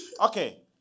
Okay